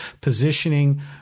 positioning